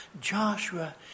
Joshua